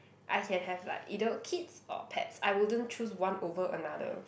I can have like either kids or pets I wouldn't choose one over another